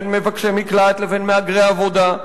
בין מבקשי מקלט לבין מהגרי עבודה.